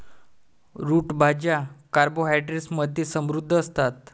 route भाज्या carbohydrates मध्ये समृद्ध असतात